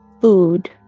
food